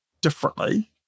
differently